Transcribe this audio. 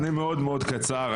אני מאוד מאוד קצר.